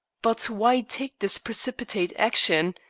but why take this precipitate action?